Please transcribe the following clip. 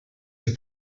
are